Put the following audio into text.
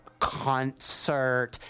concert